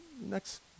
next